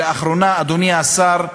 לאחרונה, אדוני השר,